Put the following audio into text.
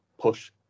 push